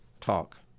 talk